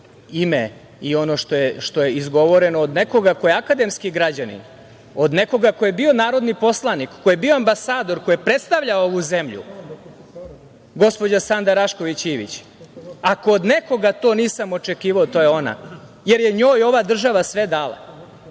ime i ono što je izgovoreno, od nekoga ko je akademski građanin, od nekoga ko je bio narodni poslanik, ko je bio ambasador, ko je predstavljao ovu zemlju, gospođa Sanda Rašković Ivić. Ako od nekoga to nisam očekivao, to je ona, jer je njoj ova država sve dala,